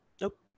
Nope